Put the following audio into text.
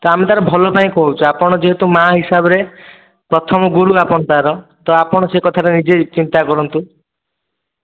ତ ଆମେ ତା'ର ଭଲ ପାଇଁ କହୁଛୁ ଆପଣ ଯେହେତୁ ମାଆ ହିସାବରେ ପ୍ରଥମ ଗୁରୁ ଆପଣ ତା'ର ତ ଆପଣ ସେ କଥାରେ ନିଜେ ଚିନ୍ତା କରନ୍ତୁ